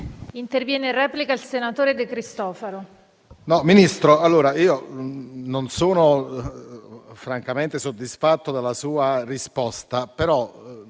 intervenire in replica il senatore De Cristofaro,